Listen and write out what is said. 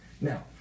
Now